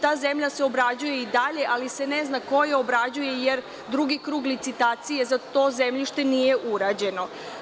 Ta zemlja se obrađuje i dalje, ali se ne zna ko je obrađuje, jer drugi krug licitacije za to zemljište nije urađeno.